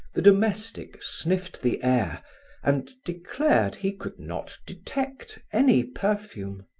the domestic sniffed the air and declared he could not detect any perfume.